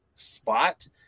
Spot